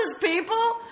people